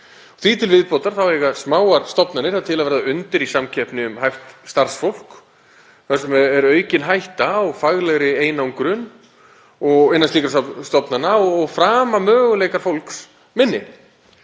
Því til viðbótar eiga smáar stofnanir það til að verða undir í samkeppni um hæft starfsfólk þar sem aukin hætta er á faglegri einangrun innan slíkra stofnana og framamöguleikar fólks minni.